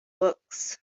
books